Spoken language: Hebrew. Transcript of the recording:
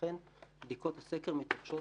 לכן בדיקות הסקר מתרחשות